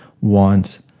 want